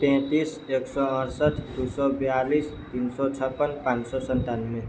पैंतीस एक सए अरसठ दू सए बयालीस तीन सए छप्पन पाँच सए सन्तानबे